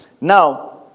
Now